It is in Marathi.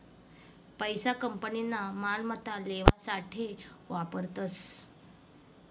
पैसा कंपनीना मालमत्ता लेवासाठे वापरतस